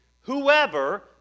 Whoever